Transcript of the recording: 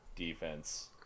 Defense